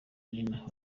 nina